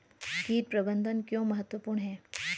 कीट प्रबंधन क्यों महत्वपूर्ण है?